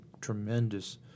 tremendous